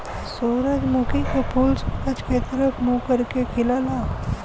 सूरजमुखी क फूल सूरज के तरफ मुंह करके खिलला